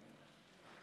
י"ח בתמוז התשפ"א (28 ביוני 2021)